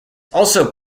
also